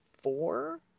four